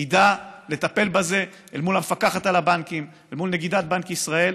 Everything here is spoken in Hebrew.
ידע לטפל בזה מול המפקחת על הבנקים ומול נגידת בנק ישראל.